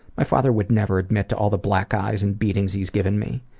my father would never admit to all the black eyes and beating he's given me.